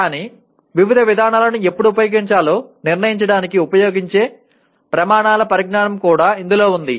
కానీ వివిధ విధానాలను ఎప్పుడు ఉపయోగించాలో నిర్ణయించడానికి ఉపయోగించే ప్రమాణాల పరిజ్ఞానం కూడా ఇందులో ఉంది